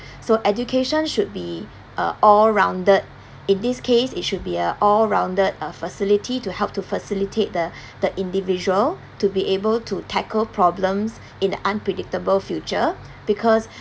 so education should be uh all rounded in this case it should be a all rounded uh facility to help to facilitate the the individual to be able to tackle problems in the unpredictable future because